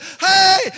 hey